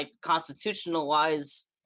Constitutional-wise